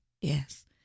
Yes